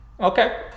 Okay